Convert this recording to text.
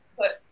put